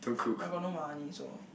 but I got no money so